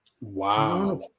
Wow